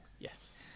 Yes